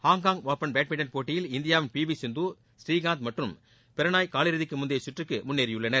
Hong Kong open badminton போட்டியில் இந்தியாவின் P V Sindhu Srikanth மற்றும் பிரணாய் காலிறுதிக்கு முந்தைய சுற்றுக்கு முன்னேறியுள்ளனர்